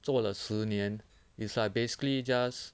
做了十年 is like basically just